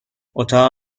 اتاق